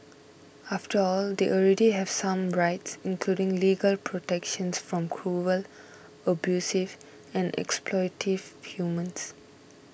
after all they already have some rights including legal protections from cruel abusive or exploitative humans